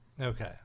Okay